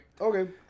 Okay